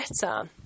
better